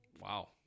Wow